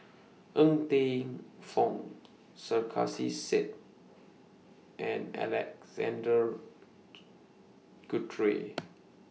Ng Teng Fong Sarkasi Said and Alexander Guthrie